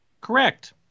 Correct